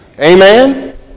amen